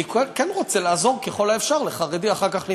אני כן רוצה לעזור ככל האפשר לחרדי אחר כך להתפרנס.